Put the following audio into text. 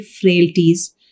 frailties